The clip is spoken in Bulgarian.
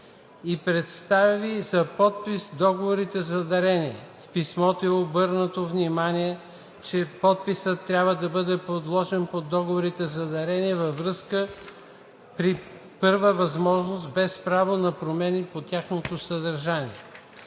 и предостави за подпис договорите за дарение. В писмата е обърнато внимание, че подписът трябва да бъде положен под договорите за дарение при първа възможност без право на промени по тяхното съдържание.